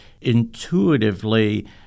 intuitively